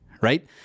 right